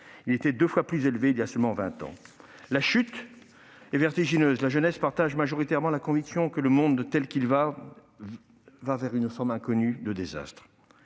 il était deux fois plus élevé il y a seulement vingt ans. La chute est vertigineuse. La jeunesse partage majoritairement la conviction que le monde tel qu'il est va vers une forme inconnue de désastre.